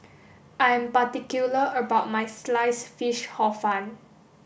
I am particular about my sliced fish Hor Fun